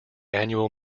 annual